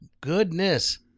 goodness